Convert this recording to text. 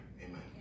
Amen